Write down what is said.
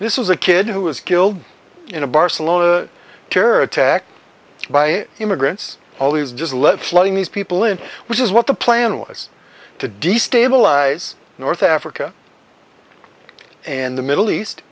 this was a kid who was killed in a barcelona terror attack by immigrants all these just letting these people in which is what the plan was to destabilize north africa and the middle east